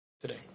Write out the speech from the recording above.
today